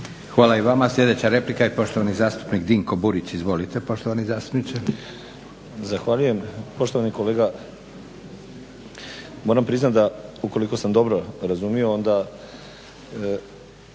Hvala i vama. Sljedeća replika i poštovani zastupnik Dinko Burić. Izvolite poštovani zastupniče. **Burić, Dinko (HDSSB)** Zahvaljujem. Poštovani kolega moram priznati da, ukoliko sam dobro razumio, onda